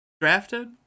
drafted